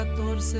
14